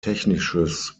technisches